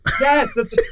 Yes